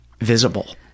visible